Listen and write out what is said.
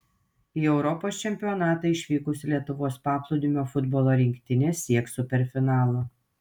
į europos čempionatą išvykusi lietuvos paplūdimio futbolo rinktinė sieks superfinalo